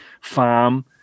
farm